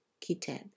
kitab